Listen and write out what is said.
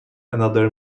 another